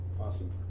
awesome